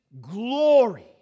Glory